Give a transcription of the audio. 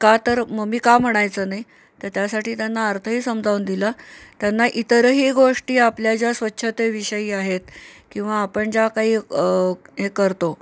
का तर ममी का म्हणायचं नाही तर त्यासाठी त्यांना अर्थही समजावून दिला त्यांना इतरही गोष्टी आपल्या ज्या स्वच्छतेविषयी आहेत किंवा आपण ज्या काही हे करतो